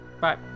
bye